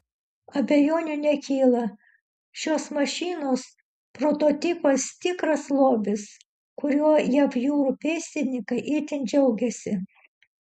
abejonių nekyla šios mašinos prototipas tikras lobis kuriuo jav jūrų pėstininkai itin džiaugiasi